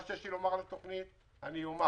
מה שיש לי לומר על התוכנית, אני אומר.